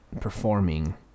performing